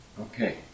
Okay